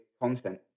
content